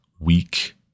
weak